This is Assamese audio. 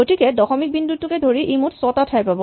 গতিকে দশনিক বিন্দুটোক ধৰি ই মুঠ ছটা ঠাই পাব